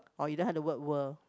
or you don't have the word world